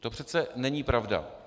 To přece není pravda.